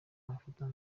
amafoto